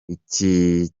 iki